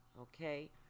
okay